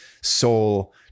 soul